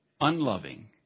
unloving